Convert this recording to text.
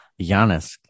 Giannis